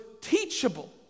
teachable